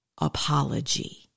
apology